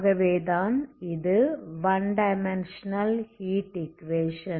ஆகவே தான் இது 1 டைமென்ஷன்ஸனல் ஹீட் ஈக்குவேஷன்